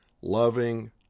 loving